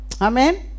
amen